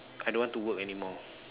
I don't want to work anymore